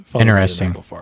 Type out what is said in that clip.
Interesting